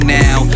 now